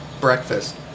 breakfast